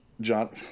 John